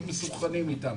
להיות מסונכרנים אתם.